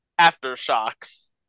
Aftershocks